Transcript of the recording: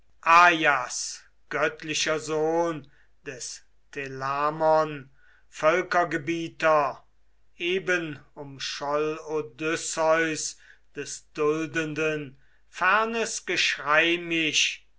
göttlicher sohn des telamon völkergebieter eben umscholl odysseus des duldenden fernes geschrei mich